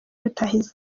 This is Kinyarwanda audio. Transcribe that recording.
rutahizamu